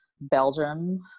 Belgium